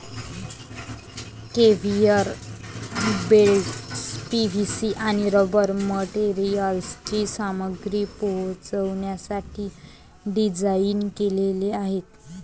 conveyor belts PVC आणि rubber मटेरियलची सामग्री पोहोचवण्यासाठी डिझाइन केलेले आहेत